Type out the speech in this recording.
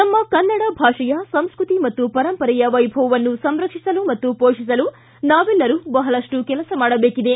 ನಮ್ಮ ಕನ್ನಡ ಭಾಷೆಯ ಸಂಸ್ಕೃತಿ ಪರಂಪರೆಯ ವೈಭವವನ್ನು ಸಂರಕ್ಷಿಸಲು ಹಾಗೂ ಪೋಷಿಸಲು ನಾವೆಲ್ಲರೂ ಬಹಳಷ್ಟು ಕೆಲಸ ಮಾಡಬೇಕಿದೆ